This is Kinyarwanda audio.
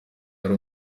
yari